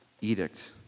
edict